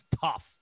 tough